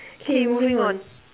K moving on